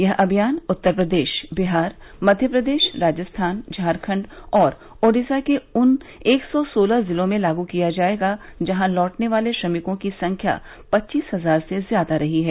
यह अभियान उत्तर प्रदेश बिहार मध्य प्रदेश राजस्थान झारखंड और ओडीसा के उन एक सौ सोलह जिलों में लागू किया जाएगा जहां लौटने वाले श्रमिकों की संख्या पच्चीस हजार से ज्यादा रही है